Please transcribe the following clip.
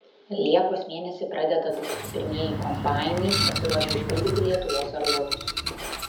liepos mėnesį pradeda dūgzti pirmieji kombainai pasiruošę užpildyti lietuvos aruodus